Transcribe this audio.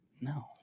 No